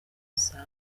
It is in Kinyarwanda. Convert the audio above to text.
zawe